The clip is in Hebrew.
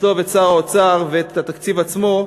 לצלוב את שר האוצר ואת התקציב עצמו,